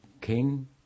king